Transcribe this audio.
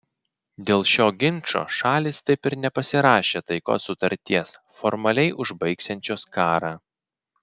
dėl šio ginčo šalys taip ir nepasirašė taikos sutarties formaliai užbaigsiančios karą